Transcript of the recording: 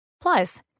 Plus